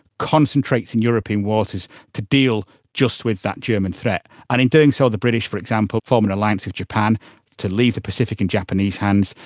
concentrates in european waters to deal just with that german threat. and in doing so the british, for example, form an alliance with japan to leave the pacific in japanese hands.